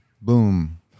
Boom